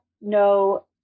no